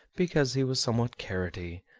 because he was somewhat carroty,